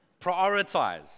Prioritize